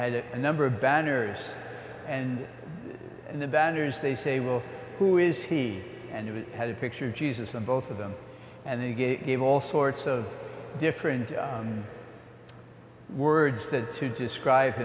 had a number of banners and the banners they say will who is he and it had a picture of jesus on both of them and they gave all sorts of different words that to describe